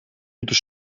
moeten